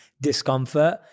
discomfort